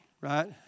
right